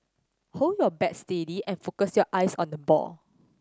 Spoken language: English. hold your bat steady and focus your eyes on the ball